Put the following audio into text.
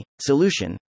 solution